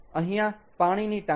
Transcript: અહીંયા પાણીની ટાંકી